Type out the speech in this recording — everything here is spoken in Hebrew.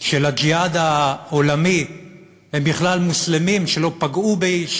של הג'יהאד העולמי הם בכלל מוסלמים, שלא פגעו באיש